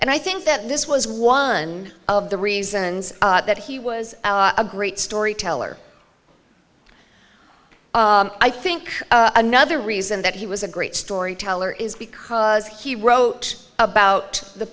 and i think that this was one of the reasons that he was a great storyteller i think another reason that he was a great storyteller is because he wrote about the